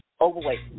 overweight